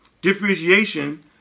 differentiation